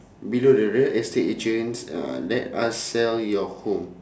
below the real estate agents uh let us sell your home